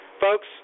Folks